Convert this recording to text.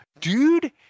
dude